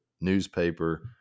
newspaper